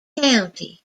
county